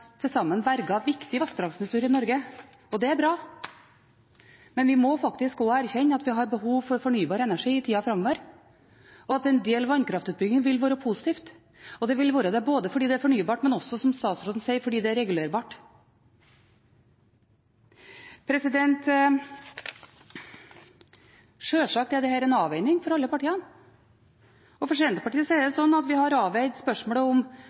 behov for fornybar energi i tida framover, og at en del vannkraftutbygging vil være positivt. Det vil være det fordi det er fornybart, men også – som statsråden sier – fordi det er regulerbart. Sjølsagt er dette en avveining for alle partiene. For Senterpartiet er det slik at vi har avveid spørsmål om